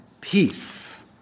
peace